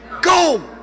go